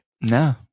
No